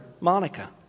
Monica